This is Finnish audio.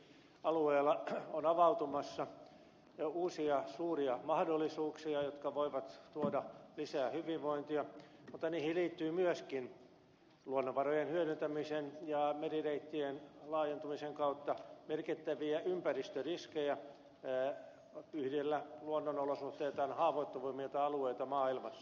alueella on avautumassa uusia suuria mahdollisuuksia jotka voivat tuoda lisää hyvinvointia mutta niihin liittyy myöskin luonnonvarojen hyödyntämisen ja merireittien laajentumisen kautta merkittäviä ympäristöriskejä yhdellä luonnonolosuhteiltaan haavoittuvimmilla alueilla maailmassa